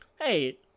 hey